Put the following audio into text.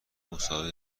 مصاحبه